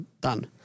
done